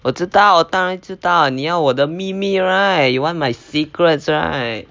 我知道我当然知道你要我的秘密 right you want my secrets right